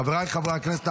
חבריי חברי הכנסת,